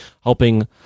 helping